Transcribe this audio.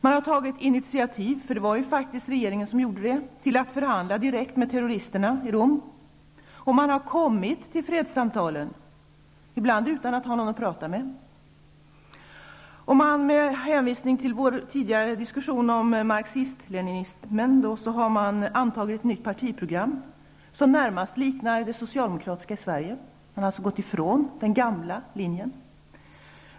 Man har tagit initiativ -- det var ju faktiskt regeringen i Moçambique som gjorde det -- till att i Rom förhandla direkt med terroristerna, och man har också kommit till fredssamtalen, ibland utan att ha någon att tala med. Med hänvisning till min och Alf Svenssons tidigare diskussion om marxism-leninismen vill jag påpeka att man i Moçambique har antagit ett nytt partiprogram, som närmast liknar det socialdemokratiska i Sverige. Man har alltså gått ifrån den gamla linjen.